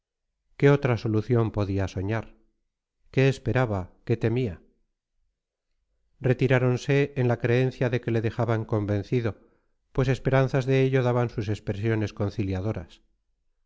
qué otra solución podía soñar qué esperaba qué temía retiráronse en la creencia de que le dejaban convencido pues esperanzas de ello daban sus expresiones conciliadoras